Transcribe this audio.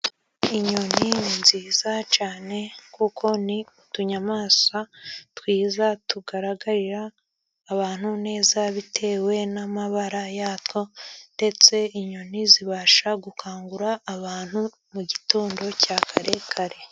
Inyoni ni nziza cyane, kuko n'utunyamaswa twiza tugaragarira abantu neza, bitewe n'amabara yatwo, ndetse inyoni zibasha gukangura abantu mu gitondo cya kare kare.